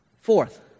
Fourth